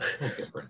Different